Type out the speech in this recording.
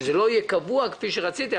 שזה לא יהיה קבוע כפי שרציתם.